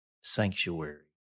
sanctuary